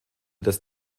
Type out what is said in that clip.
das